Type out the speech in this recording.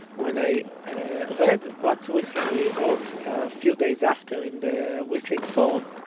when i read what whistler li wrote a few days after in the whistling forum.